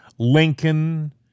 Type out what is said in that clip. Lincoln